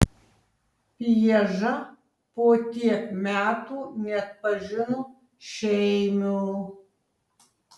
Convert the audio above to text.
pieža po tiek metų neatpažino šeimio